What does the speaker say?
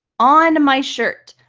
on my shirt.